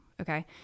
okay